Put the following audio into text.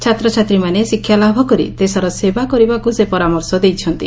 ଛାତ୍ରଛାତ୍ରୀମାନେ ଶିକ୍ଷାଲାଭ କରି ଦେଶର ସେବା କରିବାକୁ ସେ ପରାମର୍ଶ ଦେଇଛନ୍ତି